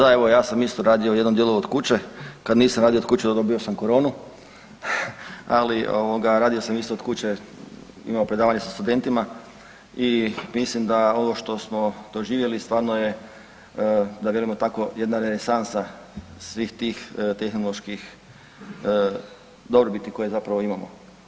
Pa da evo ja sam isto radio u jednom dijelu od kuće, kad nisam radio od kuće dobio sam koronu, ali radio sam od kuće imao predavanje sa studentima i mislim da ono što smo doživjeli stvarno je da velimo tako jedna renesansa svih tih tehnoloških dobrobiti koje zapravo imamo.